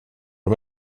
det